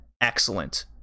excellent